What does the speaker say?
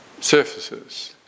Surfaces